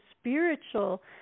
spiritual